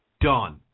done